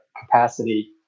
capacity